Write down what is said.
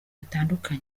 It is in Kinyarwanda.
bitandatu